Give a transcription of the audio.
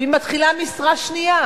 והיא מתחילה משרה שנייה,